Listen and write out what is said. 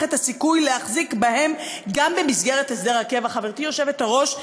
את הסיכוי להחזיק בהם גם במסגרת הסדר הקבע"; חברתי היושבת-ראש,